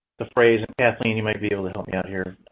the phrase kathleen, you may be able to help me out here.